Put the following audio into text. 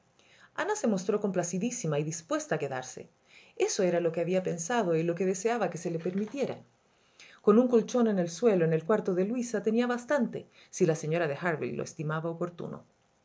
ana se mostró complacidísima y dispuesta a quedarse eso era lo que había pensado y lo que deseaba se le permitiera con un colchón en el suelo en el cuarto de luisa tenía bastante si la señora de harville lo estimaba oportuno